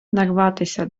нарватися